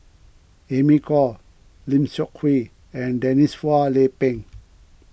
Amy Khor Lim Seok Hui and Denise Phua Lay Peng